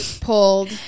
pulled